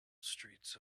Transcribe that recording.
streets